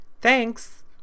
Thanks